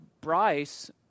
Bryce